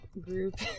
group